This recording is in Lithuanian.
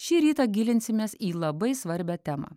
šį rytą gilinsimės į labai svarbią temą